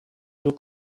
look